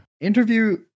Interview